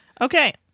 okay